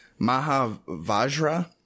Mahavajra